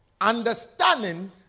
Understanding